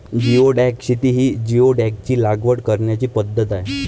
geoduck शेती ही जिओडॅकची लागवड करण्याची पद्धत आहे